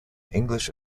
english